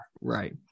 Right